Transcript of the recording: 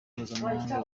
mpuzamahanga